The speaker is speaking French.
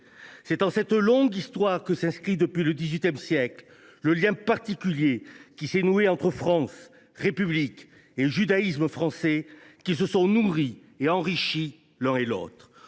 C’est dans cette longue histoire que s’inscrit, depuis le XVIII siècle, le lien particulier qui s’est noué entre France, République et judaïsme français, qui se sont nourris et enrichis l’un et l’autre.